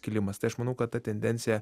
kilimas tai aš manau kad ta tendencija